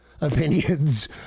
opinions